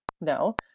No